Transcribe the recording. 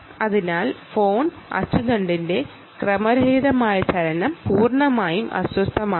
അതിനാൽ ഫോൺ ആക്സിസിൽ നിന്നും മാറുന്നു